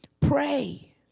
Pray